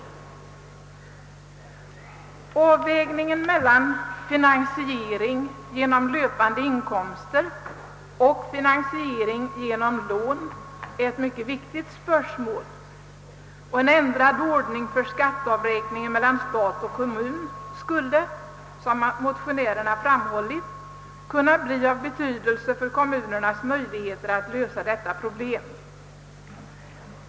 Avvägningen mellan finansiering genom löpande inkomster och finansiering genom lån är ett mycket viktigt spörsmål, och en ändrad ordning för skatteavräkningen mellan stat och kommun skulle, som motionärerna framhållit, kunna bli av betydelse för kommunernas möjligheter att lösa detta problem.